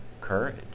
courage